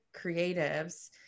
creatives